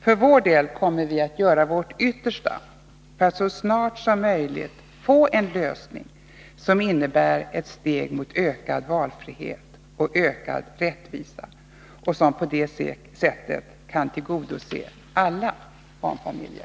Vi kommer för vår del att göra vårt yttersta för att så snart som möjligt få en lösning som innebär ett steg mot ökad valfrihet och ökad rättvisa och som på det sättet kan tillgodose alla barnfamiljer.